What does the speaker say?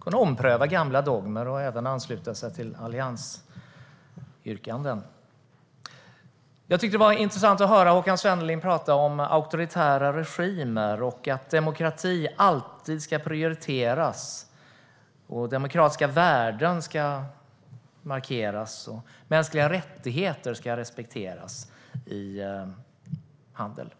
kunna ompröva gamla dogmer och även ansluta sig till alliansyrkanden! Jag tyckte att det var intressant att höra Håkan Svenneling prata om auktoritära regimer och att demokrati alltid ska prioriteras, att demokratiska värden ska markeras och att mänskliga rättigheter ska respekteras i handel.